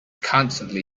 constantly